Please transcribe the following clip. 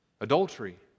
Adultery